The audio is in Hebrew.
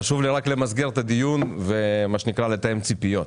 חשוב לי למסגר את הדיון ומה שנקרא לתאם ציפיות.